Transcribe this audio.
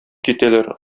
китәләр